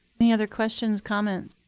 any other questions, comments?